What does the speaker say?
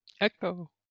Echo